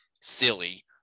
silly